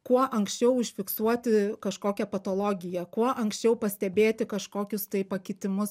kuo anksčiau užfiksuoti kažkokią patologiją kuo anksčiau pastebėti kažkokius tai pakitimus